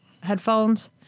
headphones